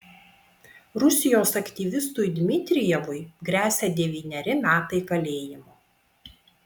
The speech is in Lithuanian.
rusijos aktyvistui dmitrijevui gresia devyneri metai kalėjimo